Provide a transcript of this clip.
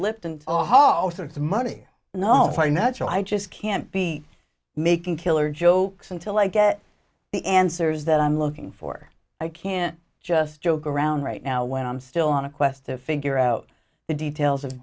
lipped and all sorts of money you know my natural i just can't be making killer jokes until i get the answers that i'm looking for i can't just joke around right now when i'm still on a quest to figure out the details of